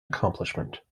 accomplishment